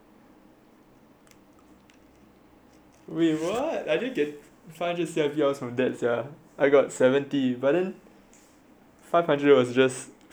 wait what I didn't get five hundred C_I_P hour from them sia I got seventy but then five hundred was just free C_I_P hours